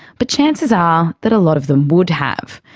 but chances are that a lot of them would have.